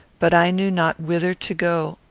but i knew not whither to go,